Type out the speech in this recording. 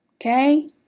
Okay